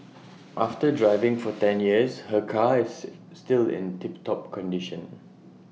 after driving for ten years her car is still in tip top condition